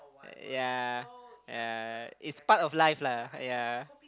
ya ya it's part of life lah ya